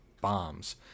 bombs